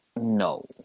No